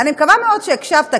אני מקווה מאוד שהקשבת,